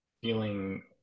feeling